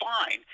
fine